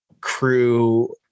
crew